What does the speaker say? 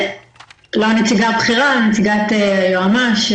לא הנציגה הבכירה אלא נציגת יועמ"ש.